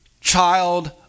child